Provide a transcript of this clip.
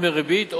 או מריבית,